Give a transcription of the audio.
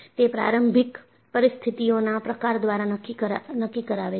તે પ્રારંભિક પરિસ્થિતિઓના પ્રકાર દ્વારા નક્કી કરાવે છે